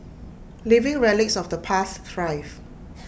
living relics of the past thrive